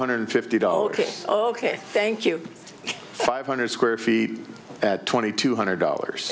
hundred fifty dollars oh ok thank you five hundred square feet at twenty two hundred dollars